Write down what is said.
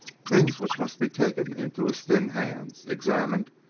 things which must be taken into his thin hands, examined,